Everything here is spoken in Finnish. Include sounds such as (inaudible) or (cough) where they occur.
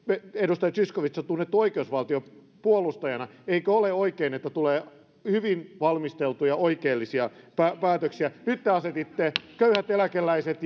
edustaja zyskowicz on tunnettu oikeusvaltion puolustajana eikö ole oikein että tulee hyvin valmisteltuja oikeellisia päätöksiä nyt te asetitte köyhät eläkeläiset (unintelligible)